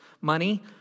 money